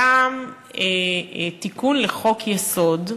גם תיקון לחוק-יסוד,